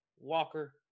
Walker